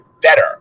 better